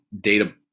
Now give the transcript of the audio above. data